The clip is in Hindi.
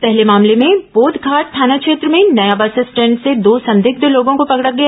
पहले मामले में बोधघाट थाना क्षेत्र में नया बस स्टैंड से दो संदिग्घ लोगों को पकडा गया